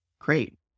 Great